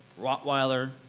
Rottweiler